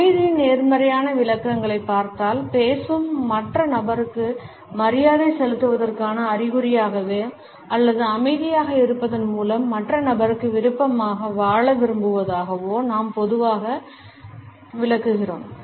அமைதியின் நேர்மறையான விளக்கங்களைப் பார்த்தால் பேசும் மற்ற நபருக்கு மரியாதை செலுத்துவதற்கான அறிகுறியாகவோ அல்லது அமைதியாக இருப்பதன் மூலம் மற்ற நபருக்கு விருப்பமாக வாழ விரும்புவதாகவோ நாம் பொதுவாக விளக்குகிறோம்